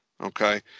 Okay